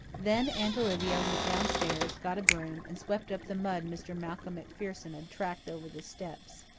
then aunt olivia went downstairs, got a broom, and swept up the mud mr. malcolm macpherson had tracked over the steps.